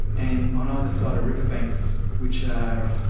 and on either side are river banks which are